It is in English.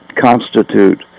constitute